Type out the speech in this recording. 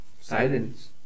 Silence